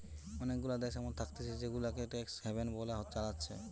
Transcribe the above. অনেগুলা দেশ এমন থাকতিছে জেগুলাকে ট্যাক্স হ্যাভেন বলে চালাচ্ছে